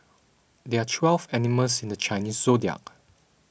there are twelve animals in the Chinese zodiac